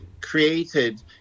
created